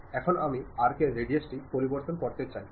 এখন আমি আর্কের রাডিউস টি পরিবর্তন করতে চাই